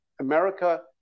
America